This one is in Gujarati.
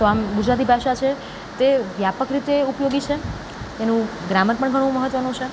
તો આમ ગુજરાતી ભાષા છે તે વ્યાપક રીતે ઉપયોગી છે એનું ગ્રામર પણ ઘણું મહત્ત્વનું છે